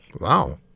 Wow